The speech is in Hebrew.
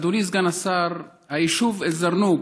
אדוני סגן השר, היישוב א-זרנוק,